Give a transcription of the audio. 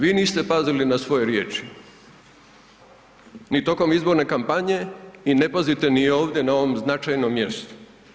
Vi niste pazili na svoje riječi, ni tokom izborne kampanje i ne pazite ni ovdje na ovom značajnom mjestu.